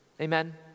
Amen